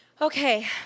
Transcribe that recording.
Okay